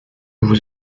vous